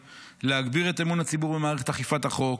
ולהגביר את אמון הציבור במערכת אכיפת החוק.